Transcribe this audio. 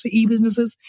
e-businesses